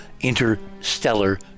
interstellar